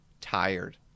tired